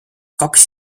kaks